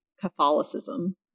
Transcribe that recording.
Catholicism